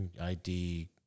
ID